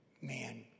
Man